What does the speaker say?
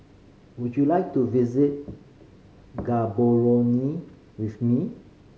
would you like to visit Gaborone with me